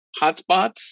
hotspots